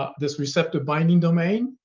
ah this receptive binding domain